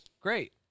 Great